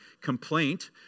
complaint